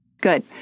good